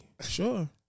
sure